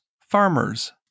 farmers